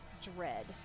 dread